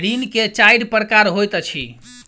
ऋण के चाइर प्रकार होइत अछि